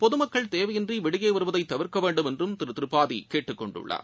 பொதுமக்கள் தேவையின்றி தெளியே வருவதை தவிர்க்க வேண்டும் என்றும் திரு திரிபாதி கேட்டுக்கொண்டுள்ளார்